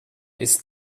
ist